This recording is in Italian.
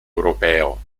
europeo